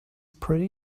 pretty